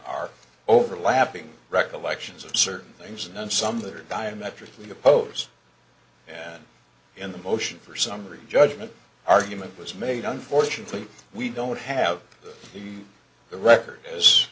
are overlapping recollections of certain things and some that are diametrically opposed and in the motion for summary judgment argument was made unfortunately we don't have the the record as